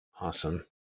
awesome